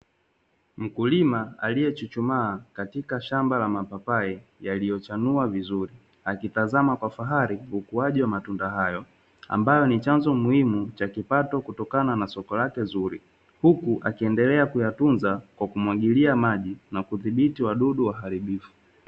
Mkulima aliyechuchumaa katika shamba la mapapai yaliyochanua vizuri. Akitazama kwa fahari ukuaji wa matunda hayo, ambayo ni chanzo muhimu cha kipato kutokana na soko lake zuri, huku akiendelea kuyatunza kwa kumwagilia maji na kudhibiti wadudu waharibifu.